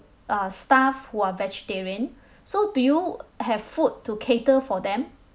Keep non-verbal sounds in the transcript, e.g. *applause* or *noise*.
uh staff who are vegetarian *breath* so do you have food to cater for them